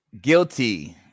guilty